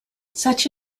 such